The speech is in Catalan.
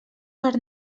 per